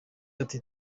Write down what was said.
ati